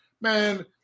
man